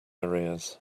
arrears